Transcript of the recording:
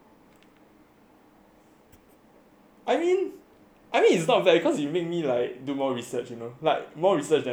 I mean I mean it's not very cause it made me like do like more research you know like more research that I would normally do